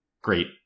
Great